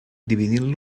dividint